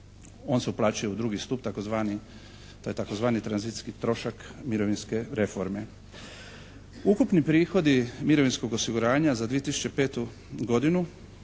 On se uplaćuje u drugi stup, to je tzv. tranzicijski trošak mirovinske reforme. Ukupni prihodi mirovinskog osiguranja za 2005. godinu